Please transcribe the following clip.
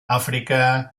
afrika